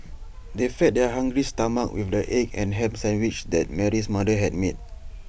they fed their hungry stomachs with the egg and Ham Sandwiches that Mary's mother had made